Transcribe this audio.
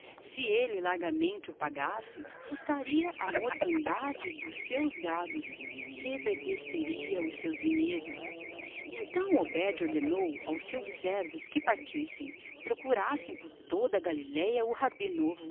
se ele largamente o pagasse sustaria a mortandade dos seus gados reverdeceria os seus vinhedos então obed ordenou aos seus servos que partissem procurassem por toda a galileia